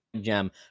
jam